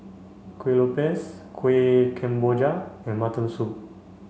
Kueh Lopes Kuih Kemboja and mutton soup